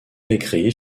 écrit